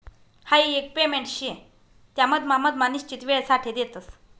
हाई एक पेमेंट शे त्या मधमा मधमा निश्चित वेळसाठे देतस